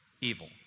evil